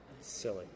Silly